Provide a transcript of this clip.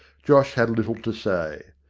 josh had little to say.